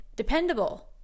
dependable